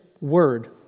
word